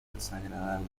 desagradable